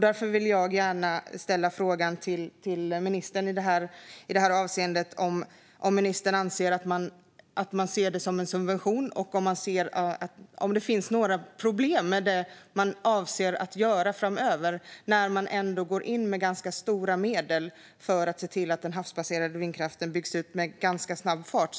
Därför vill jag gärna ställa frågan till ministern i det här avseendet om ministern anser att man ser det som en subvention och om det finns några problem med det man avser att göra framöver när man ändå går in med ganska stora medel för att se till att den havsbaserade vindkraften byggs ut med ganska snabb fart.